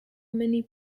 mené